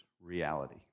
reality